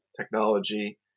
technology